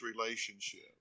relationship